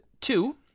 Two